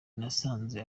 nasanze